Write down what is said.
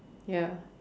ya